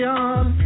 on